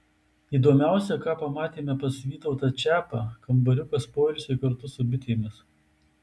įdomiausia ką pamatėme pas vytautą čiapą kambariukas poilsiui kartu su bitėmis